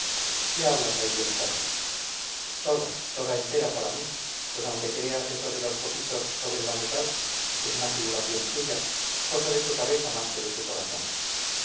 qué hablas ahí de mitades toda toda entera para mí pues aunque creas eso de los poquitos sobre la mitad es una figuración tuya cosa de tu cabeza más que de tu corazón